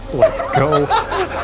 let's go. and